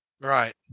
right